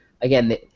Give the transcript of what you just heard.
Again